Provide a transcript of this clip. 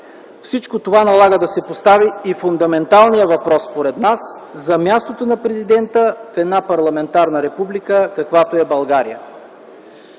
Всичко това налага да се постави и фундаменталният въпрос, според нас, за мястото на президента в една парламентарна република, каквато е България.